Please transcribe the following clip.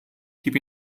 keep